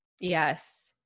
Yes